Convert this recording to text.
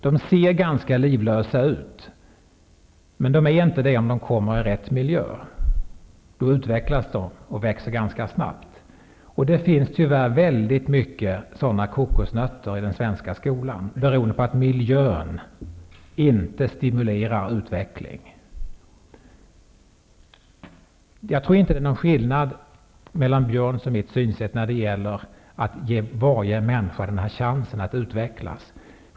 De ser ganska livlösa ut. Men om de kommer i rätt miljö är de inte livlösa. Då utvecklas de och växer ganska snabbt. Det finns tyvärr många sådana kokosnötter i den svenska skolan. Det beror på att miljön inte stimulerar till utveckling. Jag tror inte att det är någon skillnad på Björn Samuelsons och mitt synsätt när det gäller att ge varje människa denna chans att utvecklas.